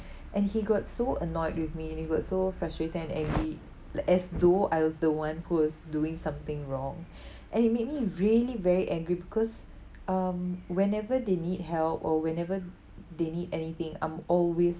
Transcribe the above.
and he got so annoyed with me and he got so frustrated and angry like as though I was the one who was doing something wrong and it made me really very angry because um whenever they need help or whenever they need anything I'm always